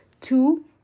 Two